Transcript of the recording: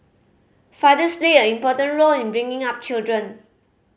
fathers play a important role in bringing up children